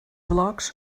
blocs